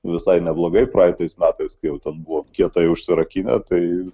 visai neblogai praeitais metais kai jau ten buvom kietai užsirakinę tai